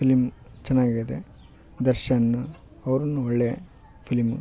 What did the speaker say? film ಚೆನ್ನಾಗಿದೆ ದರ್ಶನ್ ಅವ್ರೂ ಒಳ್ಳೆ ಫಿಲಿಂ